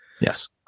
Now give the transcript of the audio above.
Yes